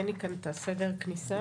אין לי כאן את סדר הכניסה.